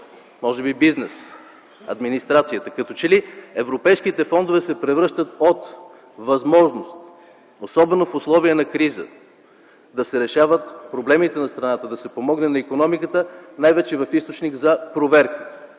може би бизнес, администрацията. Като че ли европейските фондове се превръщат от възможност, особено в условия на криза, да се решават проблемите на страната, да се помогне на икономиката, най-вече в източник за проверка.